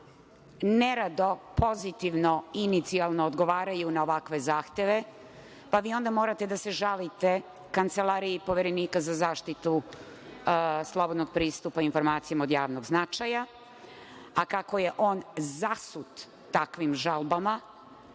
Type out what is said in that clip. nerado pozitivno inicijalno odgovaraju na ovakve zahteve, pa vi onda morate da se žalite Kancelariji Poverenika za zaštitu slobodnog pristupa informacijama od javnog značaja, a kako je on zasut takvim žalbama,